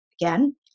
again